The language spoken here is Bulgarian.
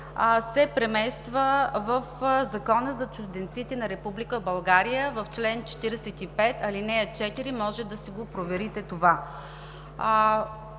се премества в Закона за чужденците на Република България – в чл. 45, ал. 4, може да го проверите.